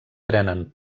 prenen